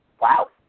Wow